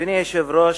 אדוני היושב-ראש,